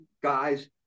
guys